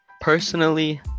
personally